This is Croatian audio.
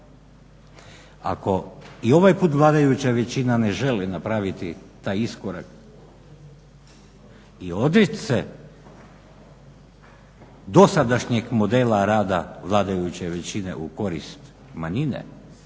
Ako i ovaj put vladajuća većina ne želi napraviti taj iskorak i odreći se dosadašnjeg modela rada vladajuće većine u korist manjine